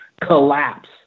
collapse